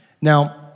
Now